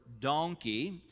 donkey